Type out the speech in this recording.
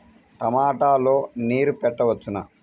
టమాట లో నీరు పెట్టవచ్చునా?